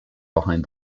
behind